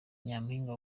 nyampinga